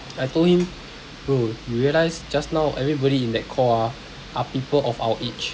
I told him bro you realised just now everybody in that call ah are people of our age